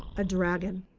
a dragon.